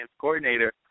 coordinator